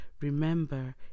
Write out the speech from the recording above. remember